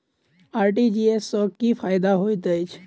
RTGS सँ की फायदा होइत अछि?